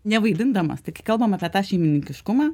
nevaidindamas tai kai kalbam apie tą šeimininkiškumą